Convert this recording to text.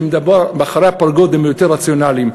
כשהם מאחורי הפרגוד הם יותר רציונליים.